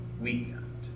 weekend